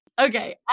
Okay